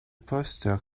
poste